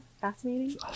fascinating